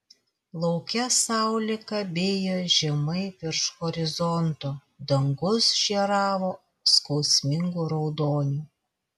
lauke saulė kabėjo žemai virš horizonto dangus žėravo skausmingu raudoniu